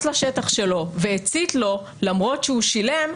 לשטח שלו והצית לו למרות שהוא שילם,